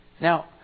Now